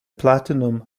platinum